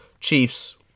Chiefs